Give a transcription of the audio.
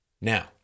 Now